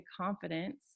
confidence